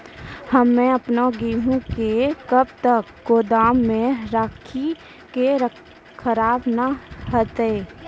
हम्मे आपन गेहूँ के कब तक गोदाम मे राखी कि खराब न हते?